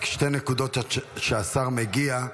רק שתי נקודות עד שהשר מגיע.